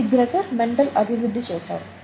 ఇది Gregor Mendel అభివృద్ధి చేసారు